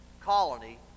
colony